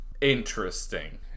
Interesting